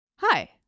Hi